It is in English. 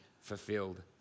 fulfilled